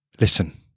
Listen